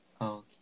Okay